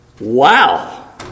Wow